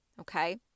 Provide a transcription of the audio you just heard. okay